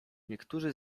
niektórzy